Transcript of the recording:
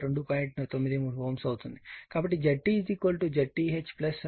కాబట్టి ZT ZTH ZL అవుతుంది ఈ విలువ ZTH 2